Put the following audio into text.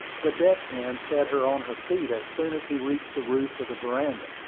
the deck-hand set her on her feet as soon as he reached the roof of the veranda.